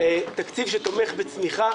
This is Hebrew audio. תקציב שתומך בצמיחה.